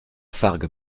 fargue